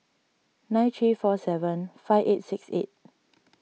nine three four seven five eight six eight